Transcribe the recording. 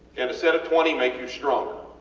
and a set of twenty make you stronger?